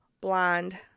blonde